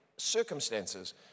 Circumstances